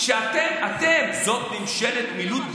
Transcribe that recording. זאת ממשלת מילוט,